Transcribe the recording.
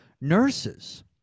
nurses